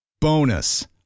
Bonus